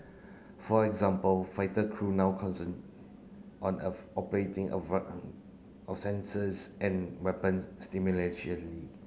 for example fighter crew now concern on if operating a of sensors and weapons